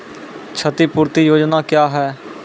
क्षतिपूरती योजना क्या हैं?